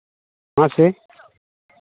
ᱢᱟ ᱥᱮ